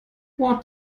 what